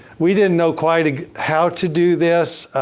we didn't know quite how to do this.